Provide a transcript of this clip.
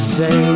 say